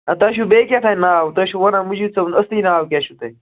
آ تۄہہِ چھُو بیٚیہِ کیٛاہتھانۍ ناو تُہۍ چھُو وَنان مٔجید صٲبُن اَصٕلی ناو کیٛاہ چھُو تۄہہِ